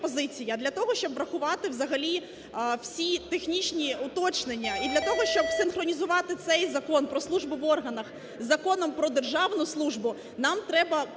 для того, щоб врахувати взагалі всі технічні уточнення, і для того, щоб синхронізувати цей Закон про службу в органах із Законом про державну служу, нам треба